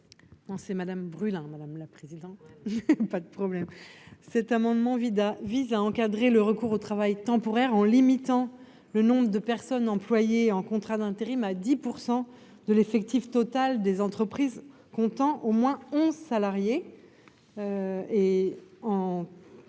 : La parole est à Mme Céline Brulin. Cet amendement vise à encadrer le recours au travail temporaire en limitant le nombre de personnes employées en contrat d'intérim à 10 % de l'effectif total des entreprises comptant au moins onze salariés.